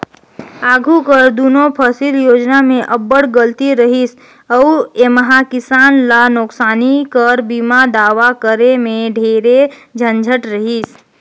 आघु कर दुनो फसिल योजना में अब्बड़ गलती रहिस अउ एम्हां किसान ल नोसकानी कर बीमा दावा करे में ढेरे झंझट रहिस